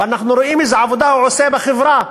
ואנחנו רואים איזו עבודה הוא עושה בחברה.